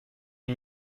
une